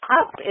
up